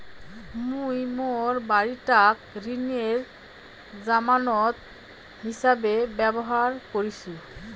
মুই মোর বাড়িটাক ঋণের জামানত হিছাবে ব্যবহার করিসু